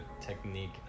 technique